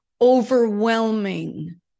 overwhelming